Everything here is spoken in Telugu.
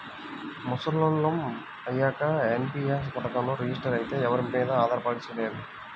ముసలోళ్ళం అయ్యాక ఎన్.పి.యస్ పథకంలో రిజిస్టర్ అయితే ఎవరి మీదా ఆధారపడాల్సింది లేదు